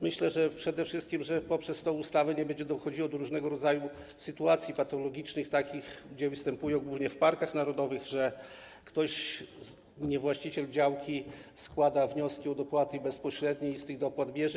Myślę, że przede wszystkim poprzez tę ustawę nie będzie dochodziło do różnego rodzaju sytuacji patologicznych, takich, które występują głównie w parkach narodowych, kiedy ktoś niebędący właścicielem działki składa wnioski o dopłaty bezpośrednie i te dopłaty bierze.